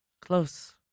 close